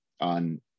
on